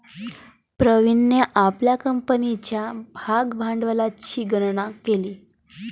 प्रवीणने आपल्या कंपनीच्या भागभांडवलाची गणना केली